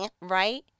right